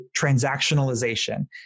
transactionalization